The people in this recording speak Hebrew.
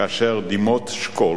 כאשר דמעות שכול